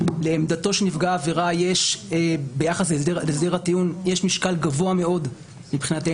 לעמדתו של נפגע העבירה ביחס להסדר הטיעון יש משקל גבוה מאוד מבחינתנו.